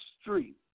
street